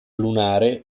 lunare